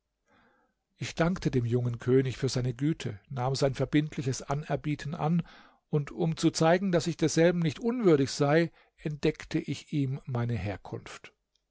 ich dankte dem jungen könig für seine güte nahm sein verbindliches anerbieten an und um zu zeigen daß ich desselben nicht unwürdig sei entdeckte ich ihm meine herkunft